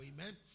amen